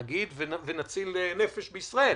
ונציל נפש בישראל.